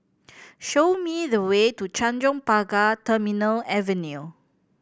show me the way to Tanjong Pagar Terminal Avenue